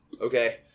okay